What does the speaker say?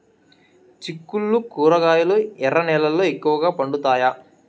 చిక్కుళ్లు కూరగాయలు ఎర్ర నేలల్లో ఎక్కువగా పండుతాయా